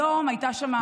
היום הייתה שם,